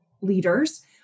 leaders